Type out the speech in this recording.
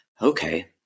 okay